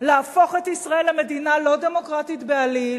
להפוך את ישראל למדינה לא דמוקרטית בעליל,